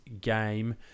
game